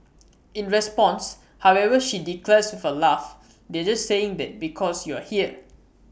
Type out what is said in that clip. in response however she declares with A laugh they're just saying that because you're here